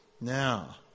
Now